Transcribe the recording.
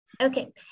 Okay